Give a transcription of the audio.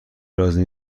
راضی